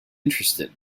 interested